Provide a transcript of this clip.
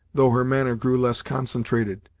though her manner grew less concentrated,